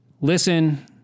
Listen